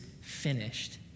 finished